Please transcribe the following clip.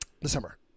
December